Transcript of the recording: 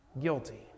guilty